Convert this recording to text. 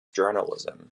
journalism